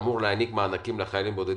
שאמור להעניק מענקים לחיילים בודדים,